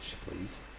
please